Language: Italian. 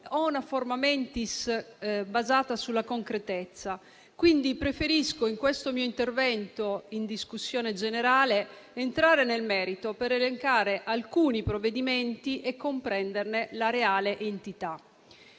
ho una *forma mentis* basata sulla concretezza, per cui preferisco in questo mio intervento in discussione generale entrare nel merito per elencare alcune misure e comprenderne la reale entità.